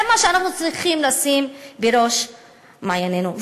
זה מה שאנחנו צריכים לשים בראש מעיינינו.